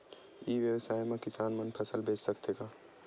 ई व्यवसाय म किसान मन फसल बेच सकथे का?